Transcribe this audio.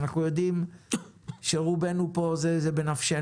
אנחנו יודעים שאצל רובנו פה זה בנפשנו.